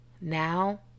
now